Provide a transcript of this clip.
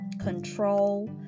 control